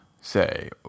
say